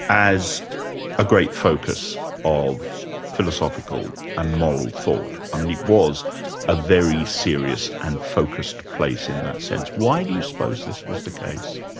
as a great focus of philosophical and moral thought? i mean, it was a very serious and focussed place in that sense. why do you suppose this was the case?